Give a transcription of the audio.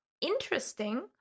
interesting